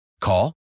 call